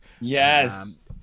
yes